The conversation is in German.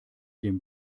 den